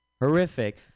horrific